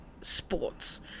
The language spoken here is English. sports